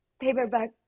paperback